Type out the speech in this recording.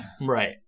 Right